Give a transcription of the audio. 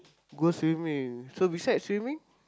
go swimming so besides swimming